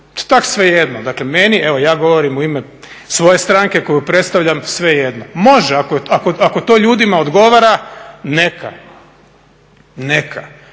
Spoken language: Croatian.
Tako je svejedno, meni, evo ja govorim u ime svoje stranke koju predstavljam svejedno. Može, ako to ljudima odgovara, neka. Imali